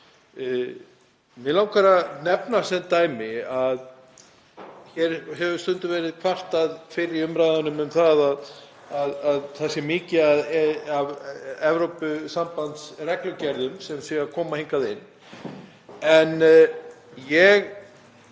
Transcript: Mig langar að nefna sem dæmi að hér hefur stundum verið kvartað fyrr í umræðunni um að það sé mikið af Evrópusambandsreglugerðum sem séu að koma hingað inn en ég